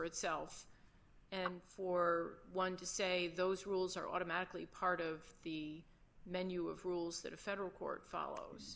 itself and for one to say those rules are automatically part of the menu of rules that a federal court follows